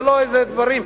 זה לא איזה דברים,